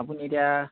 আপুনি এতিয়া